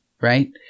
right